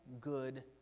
good